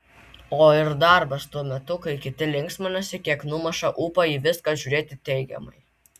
o ir darbas tuo metu kai kiti linksminasi kiek numuša ūpą į viską žiūrėti teigiamai